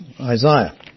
Isaiah